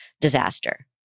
disaster